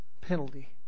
penalty